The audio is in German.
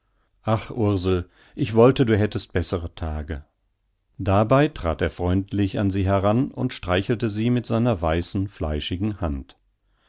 ach ursel ich wollte du hättest bessere tage dabei trat er freundlich an sie heran und streichelte sie mit seiner weißen fleischigen hand